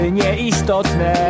nieistotne